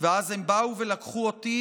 ואז הם באו ולקחו אותי,